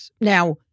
Now